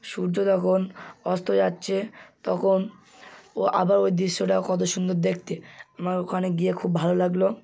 সূর্য তখন অস্ত যাচ্ছে তখন ও আবার ওই দৃশ্যটা কত সুন্দর দেখতে আমার ওখানে গিয়ে খুব ভালো লাগলো